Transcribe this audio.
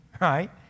right